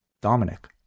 Dominic